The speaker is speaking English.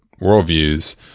worldviews